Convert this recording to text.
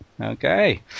Okay